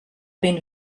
been